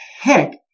heck